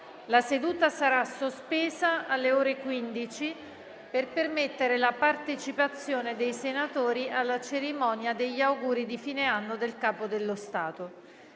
La seduta sarà sospesa alle ore 15 per permettere la partecipazione dei senatori alla cerimonia degli auguri di fine anno del Capo dello Stato.